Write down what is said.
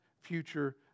future